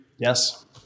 Yes